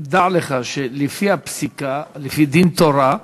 דע לך שלפי הפסיקה, לפי דין תורה,